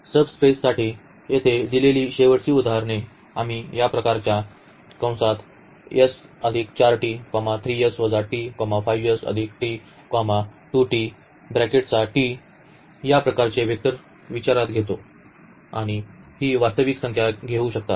सबस्पेससाठी येथे दिलेली शेवटची उदाहरणे आम्ही या प्रकारच्या या प्रकारचे वेक्टर विचारात घेतो आणि ही वास्तविक संख्या घेऊ शकतात